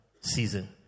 season